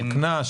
של קנס,